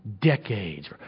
decades